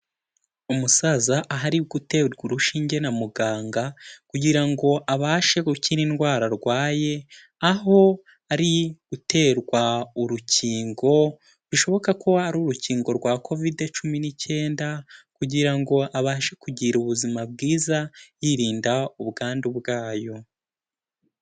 Umusaza aho ari uko uterwarwashinge na muganga kugira ngo abashe gukira indwara arwaye. Aho ari guterwa urukingo bishoboka ko ari urukingo rwa kovide cumi n'icyenda kugira ngo abashe kugira ubuzima bwiza yirinda ubwandu bwayo.